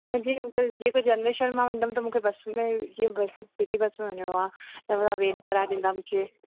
न जीअं अंकल जीअं त जनरेशन मां वेंदमि त मूंखे बस में जीअं बस सिटी बस में वञिणो आहे ऐं तव्हां वेन कराए ॾींदा मूंखे